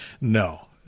No